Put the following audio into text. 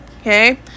okay